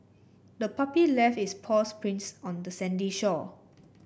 the puppy left its paws prints on the sandy shore